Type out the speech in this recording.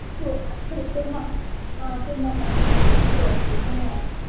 अस्तु अस्तु कुर्मः हा कुर्मः कुर्मः अस्तु अस्तु धन्यवादः